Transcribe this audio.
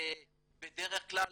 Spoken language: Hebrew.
ובדרך כלל,